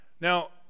Now